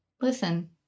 Listen